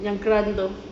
yang grant tu